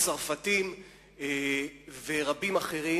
צרפתים ורבים אחרים.